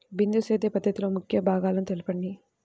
బిందు సేద్య పద్ధతిలో ముఖ్య భాగాలను తెలుపండి?